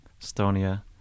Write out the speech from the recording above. Estonia